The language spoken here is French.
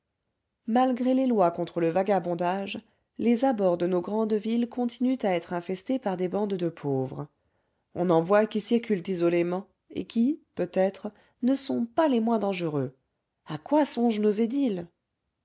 malgré les lois contre le vagabondage les abords de nos grandes villes continuent à être infestés par des bandes de pauvres on en voit qui circulent isolément et qui peut-être ne sont pas les moins dangereux à quoi songent nos édiles